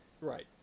Right